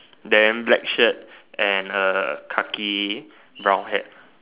then black shirt and a khaki brown hat